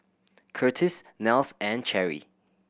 Curtis Nels and Cherry